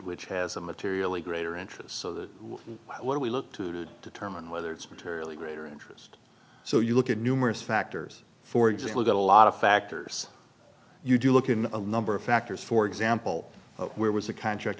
which has a materially greater interest so that when we look to determine whether it's materially greater interest so you look at numerous factors for example got a lot of factors you do look in a number of factors for example where was a contract